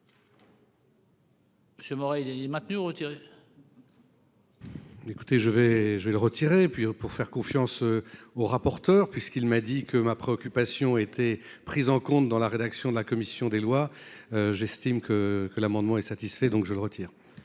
Monsieur Maurel est maintenu ou retiré. Écoutez, je vais, je vais le retirer et puis pour faire confiance. Au rapporteur puisqu'il m'a dit que ma préoccupation a été prise en compte dans la rédaction de la commission des lois. J'estime que que l'amendement est satisfait donc je le retire.